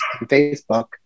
Facebook